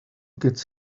gets